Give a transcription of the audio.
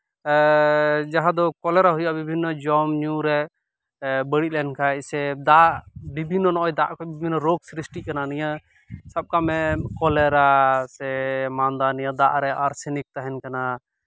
ᱡᱟᱦᱟᱸ ᱫᱚ ᱠᱚᱞᱮᱨᱟ ᱦᱩᱭᱩᱜᱼᱟ ᱵᱤᱵᱷᱤᱱᱱᱚ ᱡᱚᱢᱼᱧᱩ ᱨᱮ ᱵᱟᱹᱲᱤᱡ ᱞᱮᱱᱠᱷᱟᱡ ᱥᱮ ᱫᱟᱜ ᱵᱤᱵᱷᱤᱱᱱᱚ ᱱᱚᱜᱼᱚᱸᱭ ᱫᱟᱜ ᱠᱷᱚᱡ ᱵᱤᱵᱷᱤᱱᱱᱚ ᱨᱳᱜᱽ ᱥᱨᱤᱥᱴᱤᱜ ᱠᱟᱱᱟ ᱱᱤᱭᱟᱹ ᱥᱟᱵ ᱠᱟᱜ ᱢᱮ ᱠᱚᱞᱮᱨᱟ ᱥᱮ ᱢᱟᱫᱟ ᱱᱤᱭᱟᱹ ᱫᱟᱜ ᱨᱮ ᱟᱨᱥᱮᱱᱤᱠ ᱛᱟᱦᱮᱱ ᱠᱟᱱᱟ